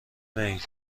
میل